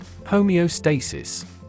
Homeostasis